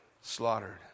slaughtered